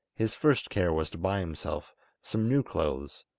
his first care was to buy himself some new clothes,